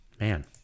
Man